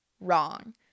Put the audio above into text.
wrong